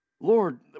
Lord